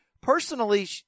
personally